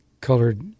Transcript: colored